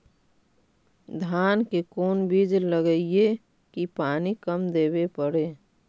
धान के कोन बिज लगईऐ कि पानी कम देवे पड़े?